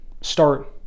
start